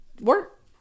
Work